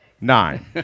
nine